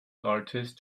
artist